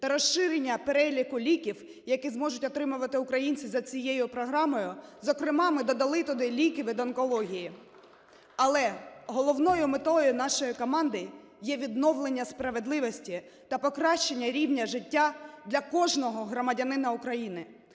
та розширення переліку ліків, які зможуть отримувати українці за цією програмою, зокрема ми додали туди ліки від онкології. Але головною метою нашої команди є відновлення справедливості та покращання рівня життя для кожного громадянина України.